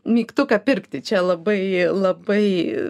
mygtuką pirkti čia labai labai